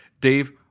Dave